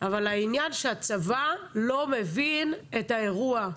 שהצבא לא מבין את האירוע.